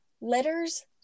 letters